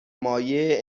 مایع